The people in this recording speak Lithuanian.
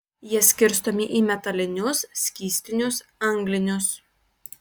jie skirstomi į metalinius skystinius anglinius